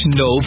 no